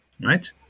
right